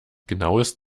genaues